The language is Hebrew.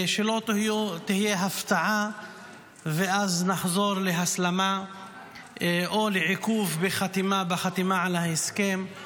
ושלא תהיה הפתעה ואז נחזור להסלמה או לעיכוב בחתימה על ההסכם,